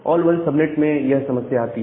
all 1s subnet में यह समस्या आती है